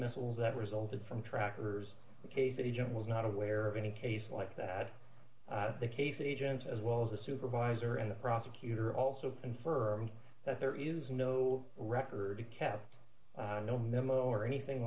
dismissals that resulted from trackers case agent was not aware of any case like that the case agents as well as a supervisor and the prosecutor also confirmed that there is no record to calve no memo or anything